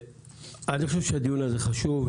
הדיון הזה חשוב,